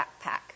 backpack